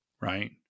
right